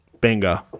Bingo